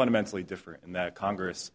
fundamentally different and that congress